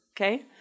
Okay